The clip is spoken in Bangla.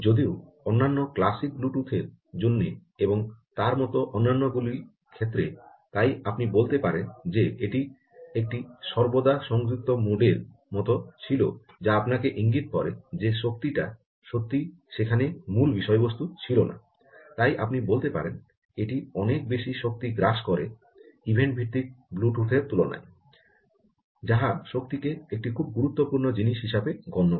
যদিও অন্যান্য ক্লাসিক ব্লুটুথে র জন্য এবং তার মত অন্যান্য গুলো ক্ষেত্রে তাই আপনি বলতে পারেন যে এটি একটি সর্বদা সংযুক্ত মোডে র মতো ছিল যা আপনাকে ইঙ্গিত করে যে শক্তিটি সত্যই সেখানে মূল বিষয়বস্তু ছিল না তাই আপনি বলতে পারেন এটি অনেক বেশি শক্তি গ্রাস করে ইভেন্ট ভিত্তিক ব্লুটুথে র তুলনায় যাহা শক্তিকে একটি খুব গুরুত্বপূর্ণ জিনিস হিসাবে গণ্য করে